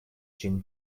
ĝin